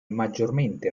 maggiormente